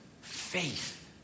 faith